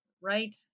right